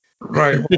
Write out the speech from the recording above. Right